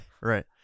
right